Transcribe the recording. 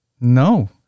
No